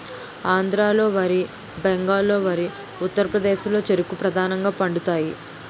ఆంధ్రాలో వరి బెంగాల్లో వరి ఉత్తరప్రదేశ్లో చెరుకు ప్రధానంగా పండుతాయి